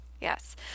Yes